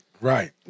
Right